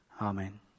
Amen